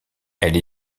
elle